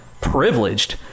privileged